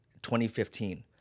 2015